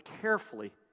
carefully